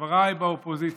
לחבריי באופוזיציה,